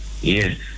yes